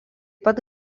pat